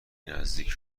نزدیک